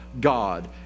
God